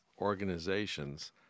organizations